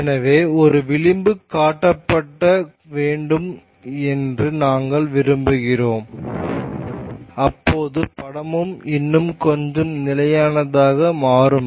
எனவே ஒரு விளிம்பு காட்டப்பட வேண்டும் என்று நாங்கள் விரும்புகிறோம் அப்போது படமும் இன்னும் கொஞ்சம் நிலையானதாக மாறும்